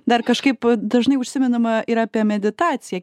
dar kažkaip dažnai užsimenama ir apie meditaciją